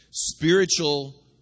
Spiritual